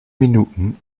minuten